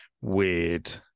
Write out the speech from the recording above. weird